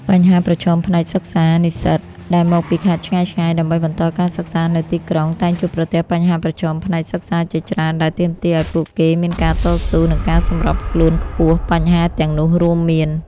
បញ្ហាប្រឈមផ្នែកសិក្សានិស្សិតដែលមកពីខេត្តឆ្ងាយៗដើម្បីបន្តការសិក្សានៅទីក្រុង តែងជួបប្រទះបញ្ហាប្រឈមផ្នែកសិក្សាជាច្រើន ដែលទាមទារឲ្យពួកគេមានការតស៊ូ និងការសម្របខ្លួនខ្ពស់។ បញ្ហាទាំងនោះរួមមាន